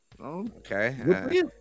Okay